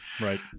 right